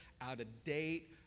out-of-date